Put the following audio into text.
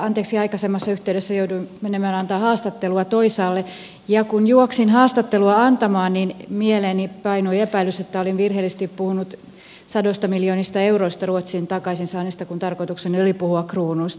anteeksi aikaisemmassa yhteydessä jouduin menemään antamaan haastattelua toisaalle ja kun juoksin haastattelua antamaan niin mieltäni painoi epäilys että olin virheellisesti puhunut sadoista miljoonista ruotsin takaisin saamista euroista kun tarkoitukseni oli puhua kruunuista